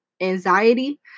anxiety